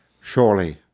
Surely